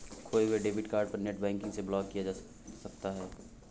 खोये हुए debit card को नेटबैंकिंग से ब्लॉक किया जा सकता है